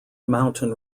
mountain